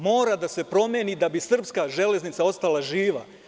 Mora da se promeni da bi srpska železnica ostala živa.